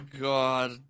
god